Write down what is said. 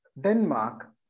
Denmark